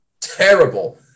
terrible